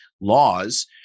laws